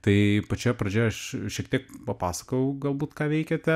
tai pačioje pradžioje aš šiek tiek papasakojau galbūt ką veikiate